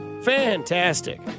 Fantastic